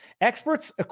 Experts